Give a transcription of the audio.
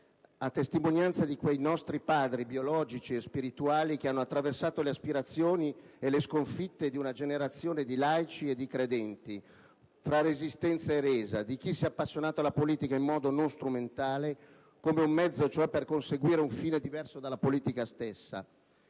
a testimonianza di quei nostri padri (biologici e spirituali) che hanno attraversato le aspirazioni e le sconfitte di una generazione di laici e di credenti, fra resistenza e resa: di chi si è appassionato alla politica in modo non strumentale - come un mezzo, cioè, per conseguire un fine diverso dalla politica stessa